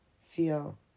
feel